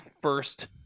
first